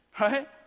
Right